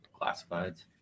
Classifieds